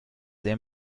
sehr